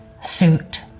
suit